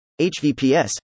HVPS